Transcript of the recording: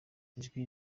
ijwi